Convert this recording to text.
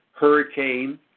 Hurricane